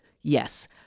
yes